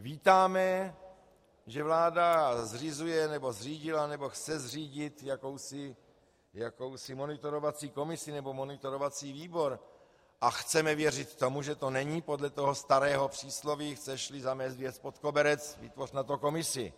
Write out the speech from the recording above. Vítáme, že vláda zřizuje, nebo zřídila, nebo chce zřídit jakousi monitorovací komisi nebo monitorovací výbor, a chceme věřit tomu, že to není podle toho starého přísloví chcešli zamést věc pod koberec, vytvoř na to komisi.